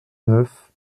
neuf